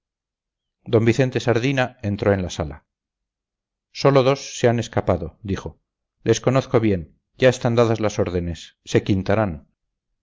d vicente sardina entró en la sala sólo dos se han escapado dijo les conozco bien ya están dadas las órdenes se quintarán